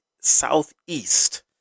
southeast